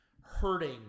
hurting